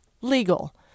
legal